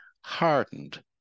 hardened